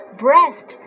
breast